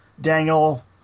Daniel